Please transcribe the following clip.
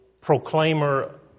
proclaimer